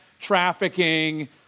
trafficking